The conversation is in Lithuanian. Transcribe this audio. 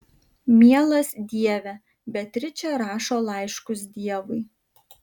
mielas dieve beatričė rašo laiškus dievui